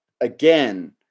again